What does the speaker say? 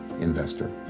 investor